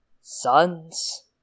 Sons